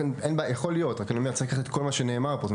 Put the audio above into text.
יכול להיות, אבל צריך לקחת את כל מה שנאמר פה.